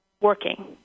working